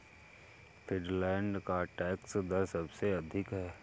Finland का tax दर सबसे अधिक है